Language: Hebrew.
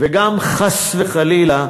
וגם, חס וחלילה,